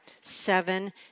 seven